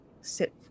sit